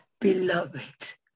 beloved